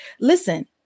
Listen